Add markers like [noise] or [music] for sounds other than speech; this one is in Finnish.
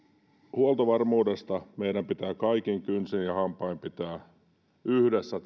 huoltovarmuudesta meidän pitää kaikin kynsin ja hampain pitää yhdessä [unintelligible]